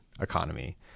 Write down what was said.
economy